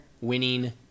winning